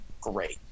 great